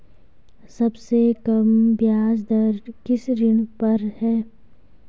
सबसे कम ब्याज दर किस ऋण पर है?